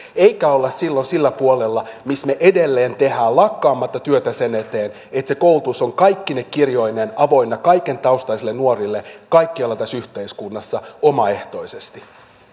emmekä ole silloin sillä puolella missä me edelleen teemme lakkaamatta työtä sen eteen että se koulutus on kaikkine kirjoineen avoinna kaikentaustaisille nuorille kaikkialla tässä yhteiskunnassa omaehtoisesti